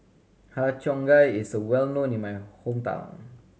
Har Cheong Gai is well known in my hometown